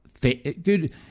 dude